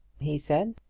he said.